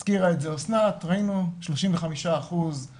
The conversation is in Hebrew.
השקף הבא - הזכירה את זה אסנת, ראינו, 35% תקינים,